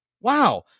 wow